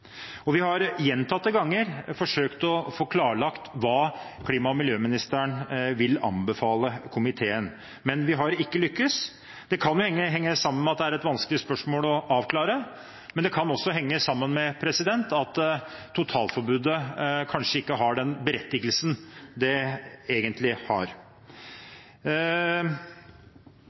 Vi har gjentatte ganger forsøkt å få klarlagt hva klima- og miljøministeren vil anbefale komiteen, men vi har ikke lyktes. Det kan henge sammen med at det er et vanskelig spørsmål å avklare, men det kan også henge sammen med at totalforbudet kanskje ikke har den berettigelsen det egentlig har.